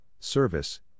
service